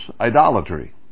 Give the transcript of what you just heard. idolatry